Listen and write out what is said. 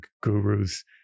gurus